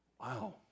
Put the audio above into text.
Wow